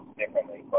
differently